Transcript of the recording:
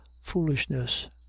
foolishness